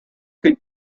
could